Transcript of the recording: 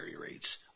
rates